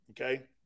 okay